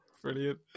brilliant